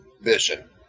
Vision